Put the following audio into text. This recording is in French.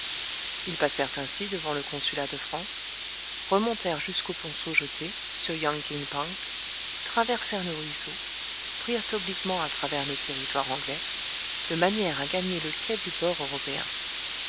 ils passèrent ainsi devant le consulat de france remontèrent jusqu'au ponceau jeté sur yang king pang traversèrent le ruisseau prirent obliquement à travers le territoire anglais de manière à gagner le quai du port européen